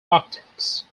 optics